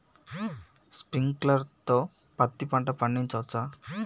Sprinkler తో పత్తి పంట పండించవచ్చా?